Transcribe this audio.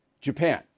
Japan